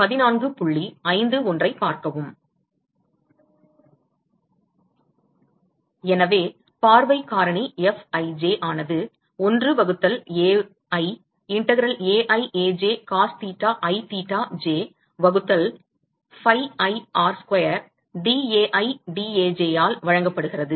எனவே பார்வைக் காரணி Fij ஆனது 1 வகுத்தல் Ai integral Ai Aj cos theta i theta j வகுத்தல் pi R square dAi dAj ஆல் வழங்கப்படுகிறது